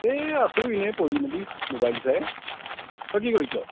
এই আছোঁ এনেই পৰি মেলি মোবাইল চাই কি কৰিছ